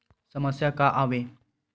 समस्या का आवे?